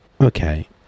Okay